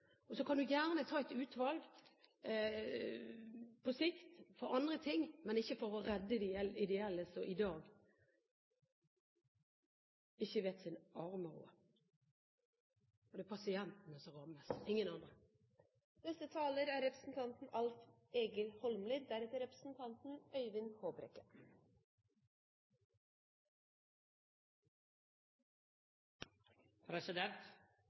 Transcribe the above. avvikle. Så kan man gjerne ha et utvalg for andre ting på sikt, men ikke for å redde de ideelle som i dag ikke vet sin arme råd. Det er pasientene som rammes, ingen andre. Alf Egil